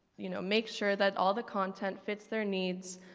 you know, make sure that all the content fits their needs,